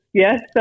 Yes